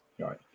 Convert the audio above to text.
Right